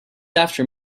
after